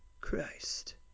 Christ